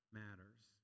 matters